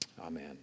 Amen